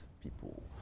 people